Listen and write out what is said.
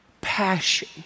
passion